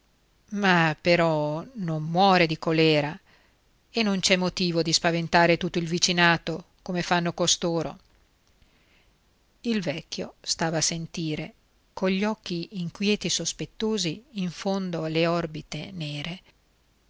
ma però non muore di colèra e non c'è motivo di spaventare tutto il vicinato come fanno costoro il vecchio stava a sentire cogli occhi inquieti e sospettosi in fondo alle orbite nere